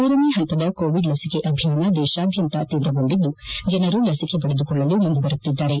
ಮೂರನೇ ಪಂತದ ಕೋಎಡ್ ಲಸಿಕೆ ಅಭಿಯಾನ ದೇಶಾದ್ಯಂತ ತೀವ್ರಗೊಂಡಿದ್ದು ಜನರು ಲಸಿಕೆ ಪಡೆದುಕೊಳ್ಳಲು ಮುಂದೆ ಬರುತ್ತಿದ್ದಾರೆ